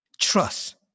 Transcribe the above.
Trust